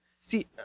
See